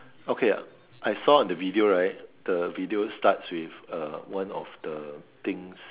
okay I saw on the video right the video starts with uh one of the things